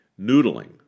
noodling